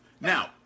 Now